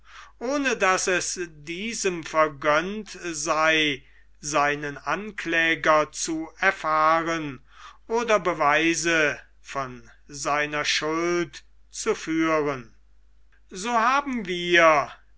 ohne daß es diesem vergönnt sei seinen ankläger zu erfahren oder beweise von seiner unschuld zu führen so haben wir